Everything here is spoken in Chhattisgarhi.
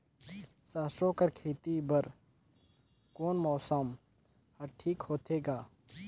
सरसो कर खेती बर कोन मौसम हर ठीक होथे ग?